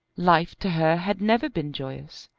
life to her had never been joyous,